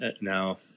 now